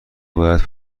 باید